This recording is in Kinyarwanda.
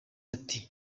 ati